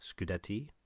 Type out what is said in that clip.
Scudetti